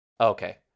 Okay